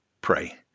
Pray